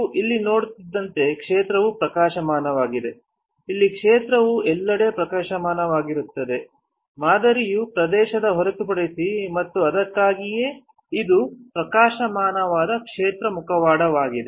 ನೀವು ಇಲ್ಲಿ ನೋಡುವಂತೆ ಕ್ಷೇತ್ರವು ಪ್ರಕಾಶಮಾನವಾಗಿದೆ ಇಲ್ಲಿ ಕ್ಷೇತ್ರವು ಎಲ್ಲೆಡೆ ಪ್ರಕಾಶಮಾನವಾಗಿರುತ್ತದೆ ಮಾದರಿಯ ಪ್ರದೇಶದ ಹೊರತುಪಡಿಸಿ ಮತ್ತು ಅದಕ್ಕಾಗಿಯೇ ಇದು ಪ್ರಕಾಶಮಾನವಾದ ಕ್ಷೇತ್ರ ಮುಖವಾಡವಾಗಿದೆ